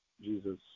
Jesus